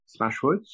Smashwords